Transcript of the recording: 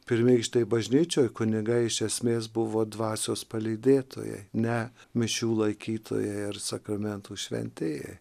pirmykštėj bažnyčioj kunigai iš esmės buvo dvasios palydėtojai ne mišių laikytojai ir sakramentų šventėjai